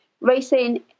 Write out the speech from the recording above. Racing